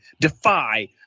Defy